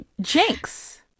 Jinx